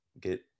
get